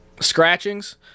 Scratchings